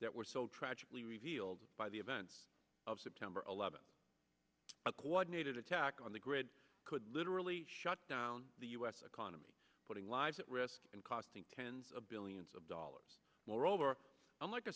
that were so tragically revealed by the events of september eleventh a coordinated attack on the grid could literally shut down the u s economy putting lives at risk and costing tens of billions of dollars more over i'm like a